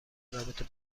رابطه